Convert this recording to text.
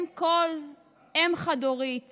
כל אם חד-הורית